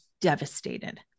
devastated